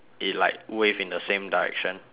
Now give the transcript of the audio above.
it like wave in the same direction